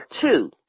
two